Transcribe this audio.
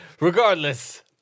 Regardless